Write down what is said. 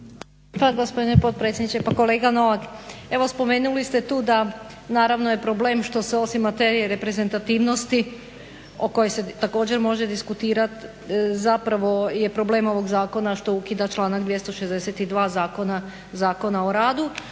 Hvala gospodine potpredsjedniče. Pa kolega Novak evo spomenuli ste tu da naravno je problem što se osim materije reprezentativnosti o kojoj se također može diskutirati zapravo je problem ovog zakona što ukida članak 262. Zakona o radu,